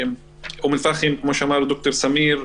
אום אל פאחם, כמו שאמר ד"ר סמיר,